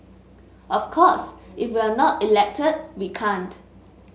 of course if we're not elected we can't